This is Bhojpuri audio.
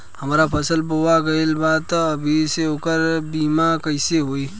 हमार फसल बोवा गएल बा तब अभी से ओकर बीमा कइसे होई?